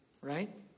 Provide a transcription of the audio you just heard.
right